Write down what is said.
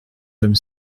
comme